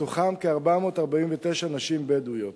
מתוכם כ-449 נשים בדואיות.